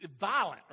violent